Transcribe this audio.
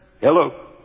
Hello